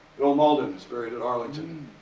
bill mauldin is buried at arlington.